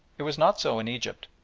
it was not so in egypt.